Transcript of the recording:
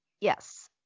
Yes